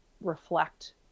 reflect